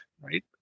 right